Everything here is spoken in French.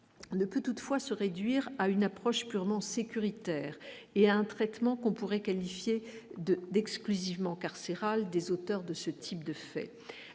ne peut toutefois se réduire à une approche purement sécuritaire et un traitement qu'on pourrait qualifier de d'exclusivement carcéral des auteurs de ce type de faits